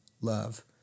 love